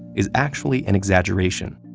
is actually an exaggeration.